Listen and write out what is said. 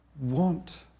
want